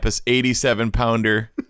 87-pounder